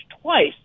twice